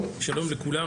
שלום לכולם,